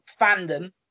fandom